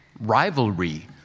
rivalry